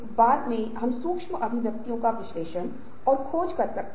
और सबसे कठिन परिवर्तन तब होता है जब संगठन अच्छा कर रहा होता है